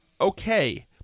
okay